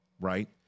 right